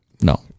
No